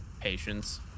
patience